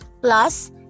plus